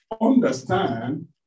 understand